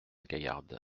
gaillarde